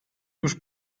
już